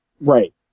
Right